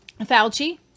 Fauci